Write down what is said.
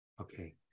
Okay